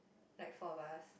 like four of us